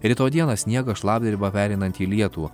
rytoj dieną sniegas šlapdriba pereinanti į lietų